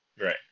Right